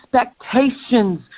expectations